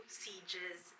sieges